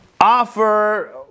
offer